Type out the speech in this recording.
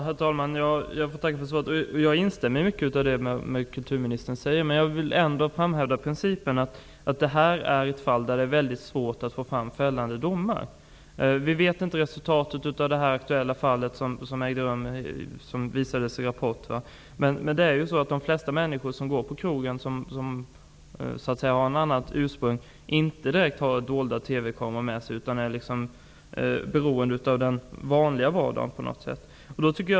Herr talman! Jag får tacka för svaret. Jag instämmer i mycket av det kulturministern säger. Men jag vill ändå påstå att detta är exempel på fall där det är svårt att få fram fällande domar. Vi vet inte resultatet av det aktuella fallet som visades i Rapport. Men de flesta människor av annat ursprung som går på krogen har inte dolda TV kameror med sig. De är beroende av den vanliga vardagen.